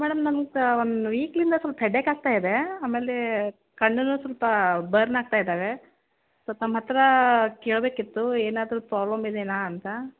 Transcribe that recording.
madam ನನ್ಗೆ ತಾ ಒಂದು ವೀಕ್ಲಿಂದ ಸ್ವಲ್ಪ ಹೆಡ್ ಏಕ್ ಆಗ್ತಾ ಇದೆ ಆಮೇಲೆ ಕಣ್ಣುನು ಸ್ವಲ್ಪ ಬರ್ನ್ ಆಗ್ತಾ ಇದ್ದಾವೆ ಸ್ವಲ್ಪ ನಿಮ್ಮ ಹತ್ತಿರ ಕೇಳಬೇಕಿತ್ತು ಏನಾದರು ಪ್ರೊಬ್ಲಮ್ ಇದೇಯಾ ಅಂತ